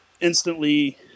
instantly